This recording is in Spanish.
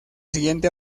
siguiente